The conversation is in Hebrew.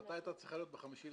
ההחלטה הייתה צריכה להיות ב-5.11,